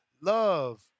Love